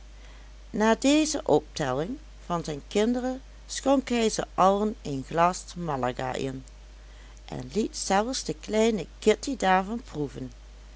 na deze optelling van zijn kinderen schonk hij ze allen een glas malaga in en liet zelfs de kleine kitty daarvan proeven